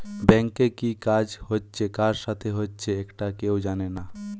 ব্যাংকে কি কাজ হচ্ছে কার সাথে হচ্চে একটা কেউ জানে না